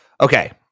Okay